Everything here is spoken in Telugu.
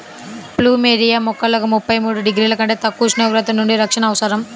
ప్లూమెరియా మొక్కలకు ముప్పై మూడు డిగ్రీల కంటే తక్కువ ఉష్ణోగ్రతల నుండి రక్షణ అవసరం